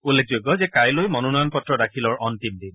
উল্লেখযোগ্য যে কাইলৈ মনোনয়ন পত্ৰ দাখিলৰ অস্তিম দিন